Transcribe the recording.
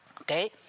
Okay